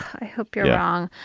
i hope you're wrong.